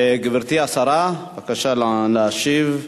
גברתי השרה, בבקשה להשיב,